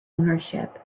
ownership